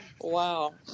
wow